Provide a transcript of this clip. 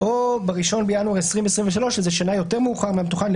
או ב-1.1.23 שזה שנה יותר מאוחר מהמתוכנן,